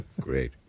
Great